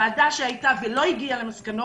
ועדה שהייתה ולא הגיעה למסקנות,